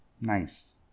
Nice